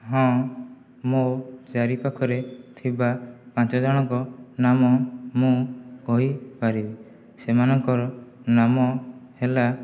ହଁ ମୋ ଚାରିପାଖରେ ଥିବା ପାଞ୍ଚ ଜଣଙ୍କ ନାମ ମୁଁ କହିପାରିବି ସେମାନଙ୍କର ନାମ ହେଲା